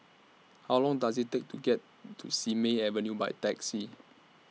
How Long Does IT Take to get to Simei Avenue By Taxi